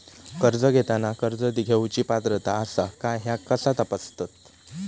कर्ज घेताना कर्ज घेवची पात्रता आसा काय ह्या कसा तपासतात?